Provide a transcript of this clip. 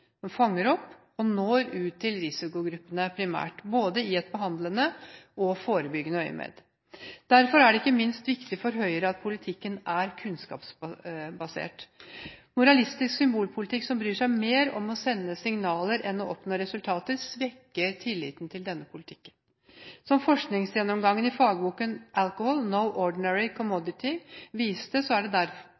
fanger opp og når ut til risikogruppene primært, både i et behandlende og et forebyggende øyemed. Derfor er det ikke minst viktig for Høyre at politikken er kunnskapsbasert. Moralistisk symbolpolitikk som bryr seg mer om å sende signaler enn å oppnå resultater, svekker tilliten til denne politikken. Som forskningsgjennomgangen i fagboken «Alcohol: No Ordinary Commodity» viste, er det